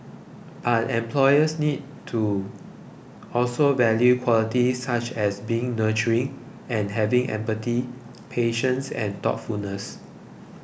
but employers need to also value qualities such as being nurturing and having empathy patience and thoughtfulness